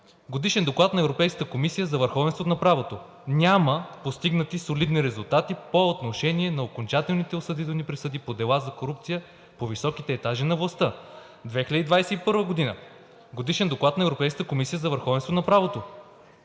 комисия за върховенство на правото – „Няма постигнати солидни резултати по отношение на окончателните осъдителни присъди по дела за корупция по високите етажи на властта“. 2021 г. – Годишен доклад на Европейската комисия за върховенство на правото